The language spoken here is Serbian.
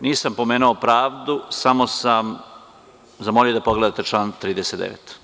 Nisam pomenuo pravdu, samo sam zamolio da pogledate član 39.